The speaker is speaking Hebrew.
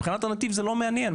מבחינת נתיב, זה לא מעניין.